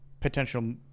potential